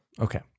Okay